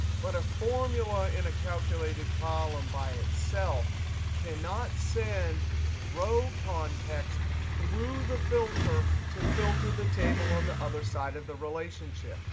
but a formula in a calculated column by itself cannot send row context through the filter to filter the table on the other side of the relationship.